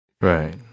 right